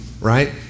right